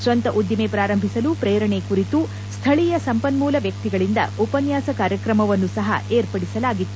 ಸ್ವಂತ ಉದ್ದಿಮೆ ಪ್ರಾರಂಭಿಸಲು ಪ್ರೇರಣೆ ಕುರಿತು ಸ್ಥಳೀಯ ಸಂಪನ್ಮೂಲ ವ್ಯಕ್ತಿಗಳಿಂದ ಉಪನ್ಯಾಸ ಕಾರ್ಯಕ್ರಮವನ್ನು ಸಹ ಏರ್ಪಡಿಸಲಾಗಿತ್ತು